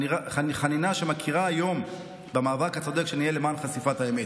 חנינה שמכירה היום במאבק הצודק שניהל למען חשיפת האמת.